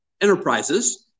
Enterprises